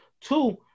Two